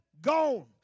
gone